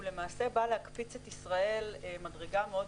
הוא למעשה בא להקפיץ את ישראל מדרגה מאוד